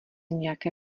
nějaké